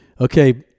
Okay